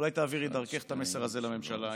אולי תעבירי דרכך את המסר הזה לממשלה.